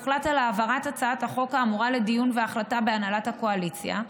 הוחלט על העברת הצעת החוק האמורה לדיון והחלטה בהנהלת הקואליציה.